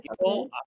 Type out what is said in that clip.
people